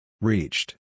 Reached